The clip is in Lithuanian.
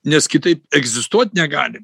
nes kitaip egzistuot negali